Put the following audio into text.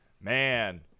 Man